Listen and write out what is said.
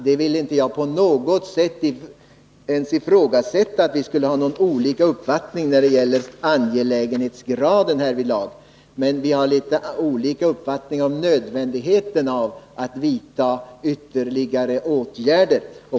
Jag vill inte på något sätt ifrågasätta att vi skulle ha olika uppfattning när det gäller angelägenhetsgraden härvidlag, men vi har litet olika uppfattning om nödvändigheten av att nu vidta ytterligare åtgärder.